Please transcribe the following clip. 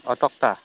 অঁ তক্টা